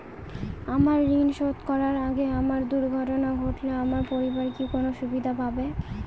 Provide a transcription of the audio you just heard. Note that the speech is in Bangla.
আমার ঋণ শোধ করার আগে আমার দুর্ঘটনা ঘটলে আমার পরিবার কি কোনো সুবিধে পাবে?